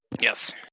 Yes